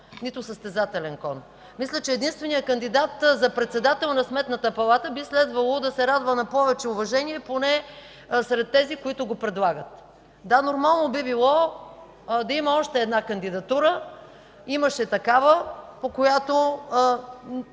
нито състезателен кон. Мисля, че единственият кандидат за председател на Сметната палата би следвало да се радва на повече уважение поне сред тези, които го предлагат. Да, нормално би било да има още една кандидатура. Имаше такава, която